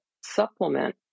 supplement